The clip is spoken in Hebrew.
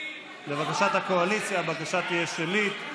לבקשת הקואליציה ההצבעה תהיה שמית.